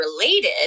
related